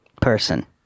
person